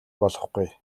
болохгүй